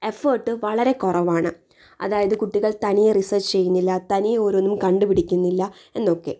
effort വളരെ കുറവാണ് അതായത് കുട്ടികൾ തനിയെ റിസർച്ച് ചെയ്യുന്നില്ല തനിയെ ഓരോന്നും കണ്ടുപിടിക്കുന്നില്ല എന്നൊക്കെ